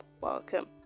welcome